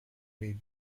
mid